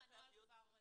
בספטמבר הנוהל כבר פועל.